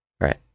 right